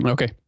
Okay